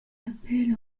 appelle